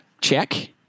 Check